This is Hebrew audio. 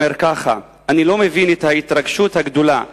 אומר ככה: אני לא מבין את ההתרגשות הגדולה.